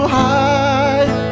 high